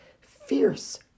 fierce